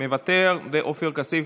מוותר, עופר כסיף,